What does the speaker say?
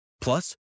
Plus